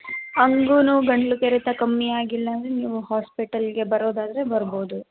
ಹಾಗೂನೂ ಗಂಟಲು ಕೆರೆತ ಕಮ್ಮಿ ಆಗಿಲ್ಲಾಂದರೆ ನೀವು ಹಾಸ್ಪಿಟಲಿಗೆ ಬರೋದಾದರೆ ಬರ್ಬೋದು